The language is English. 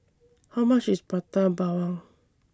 How much IS Prata Bawang